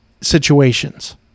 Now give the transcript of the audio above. situations